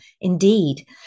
indeed